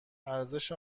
ارزش